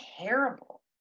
terrible